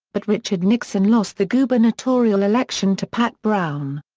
but richard nixon lost the gubernatorial election to pat brown.